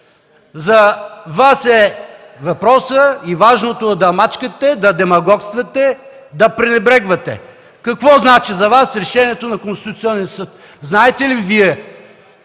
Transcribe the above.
За Вас въпросът е и важното е да мачкате, да демагогствате, да пренебрегвате! Какво значи за Вас решението на Конституционния съд? Знаете ли Вие,